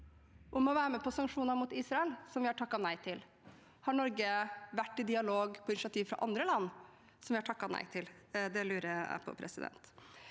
om å være med på sanksjoner mot Israel, og som vi har takket nei til. Har Norge vært i dialog på initiativ fra andre land, som vi har takket nei til? Det lurer jeg på. Så litt